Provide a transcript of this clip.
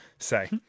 say